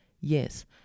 Yes